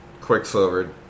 quicksilver